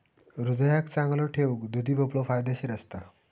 हृदयाक चांगलो ठेऊक दुधी भोपळो फायदेशीर असता